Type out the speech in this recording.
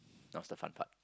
now's the fun part